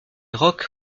rock